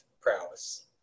prowess